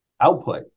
output